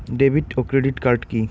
David ও credit card কি?